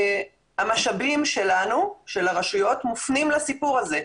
המשאבים שלנו, של הרשויות, מופנים לסיפור הזה.